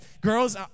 Girls